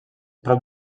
prop